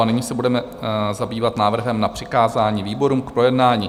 A nyní se budeme zabývat návrhem na přikázání výborům k projednání.